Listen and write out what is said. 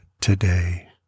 today